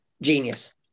Genius